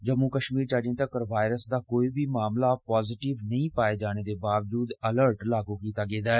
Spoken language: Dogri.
जम्मू कश्मीर च अजें तक्कर वायरस दा कोई बी मामला नेंई पाए जाने दे बावजूद अलर्ट लागू कीता गेदा ऐ